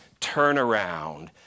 turnaround